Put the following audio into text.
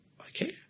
okay